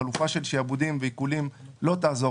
החלופה של שעבודים ועיקולים לא תעזור.